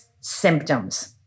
symptoms